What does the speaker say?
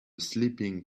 sleeping